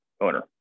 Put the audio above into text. owner